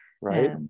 Right